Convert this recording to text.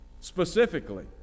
Specifically